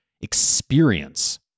experience